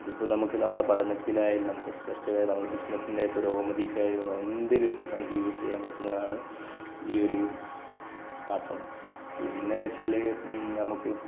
അതിപ്പോൾ നമുക്ക് നമ്മുടെ പഠനത്തിലായാലും നമുക്ക് റിസേര്ച്ച് ചെയ്യാനും നമ്മുടെ ബിസിനസ്സിന്റെ പുരോഗതിക്കായാലും എന്തിലും നമുക്ക് യൂസ് ചെയ്യാന് പറ്റുന്നതാണ് ഈയൊരു സ്മാര്ട്ട് ഫോണ് പിന്നെ വെച്ചാൽ നമുക്ക്